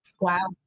Wow